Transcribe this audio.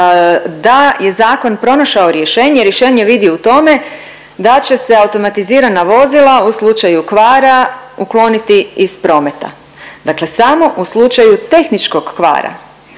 da je zakon pronašao rješenje i rješenje vidi u tome da će se automatizirana vozila u slučaju kvara ukloniti iz prometa, dakle samo u slučaju tehničkog kvara